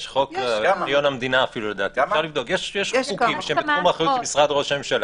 יש חוקים שהם בתחום האחריות של משרד ראש הממשלה,